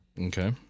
Okay